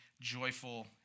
joyful